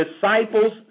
disciples